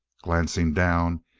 glancing down,